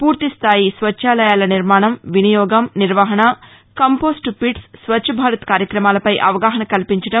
పూర్తిస్థాయి స్వచ్చాలయాల నిర్మాణం వినియోగం నిర్వహణ కంపోస్టు పిట్స్ స్వచ్చ భారత్ కార్యక్రమాలపై అవగాహన కల్పించడం